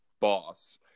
boss